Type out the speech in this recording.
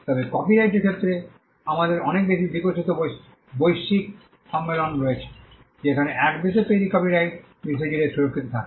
তবে কপিরাইটের ক্ষেত্রে আমাদের অনেক বেশি বিকশিত বৈশ্বিক সম্মেলন রয়েছে যেখানে এক দেশে তৈরি কপিরাইট বিশ্বজুড়ে সুরক্ষিত থাকে